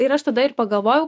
ir aš tada ir pagalvojau